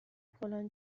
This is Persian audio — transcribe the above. فلان